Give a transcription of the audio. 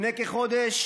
לפני כחודש